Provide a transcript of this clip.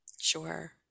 Sure